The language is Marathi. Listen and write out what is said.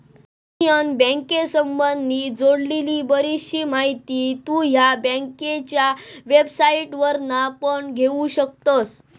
युनियन बँकेसंबधी जोडलेली बरीचशी माहिती तु ह्या बँकेच्या वेबसाईटवरना पण घेउ शकतस